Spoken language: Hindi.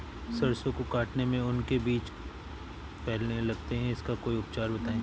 सरसो को काटने में उनके बीज फैलने लगते हैं इसका कोई उपचार बताएं?